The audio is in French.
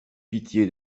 pitié